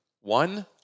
One